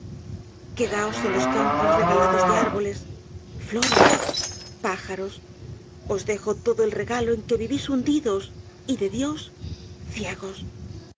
quedaos en los campos regalados de árboles flores pájaros os dejo todo el regalo en que vivís hundidos y de dios ciegos